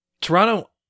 Toronto